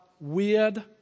weird